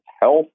health